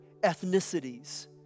ethnicities